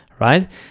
right